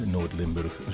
Noord-Limburg